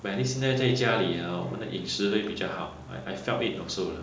but at least 现在在这家里 hor 我们的饮食会比较好 I I felt it also lah